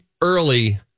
early